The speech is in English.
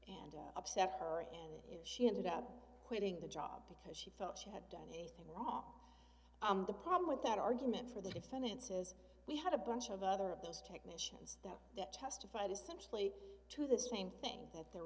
and upset her and she ended up quitting the job because she felt she had done anything wrong the problem with that argument for the defendants is we had a bunch of other of those technicians that testified essentially to the same thing that there